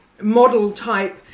model-type